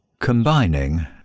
combining